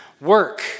Work